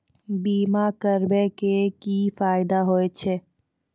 बीमा करबै के की फायदा होय छै?